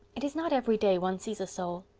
it is not every day one sees a soul.